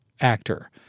Actor